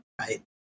right